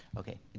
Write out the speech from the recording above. okay.